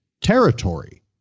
territory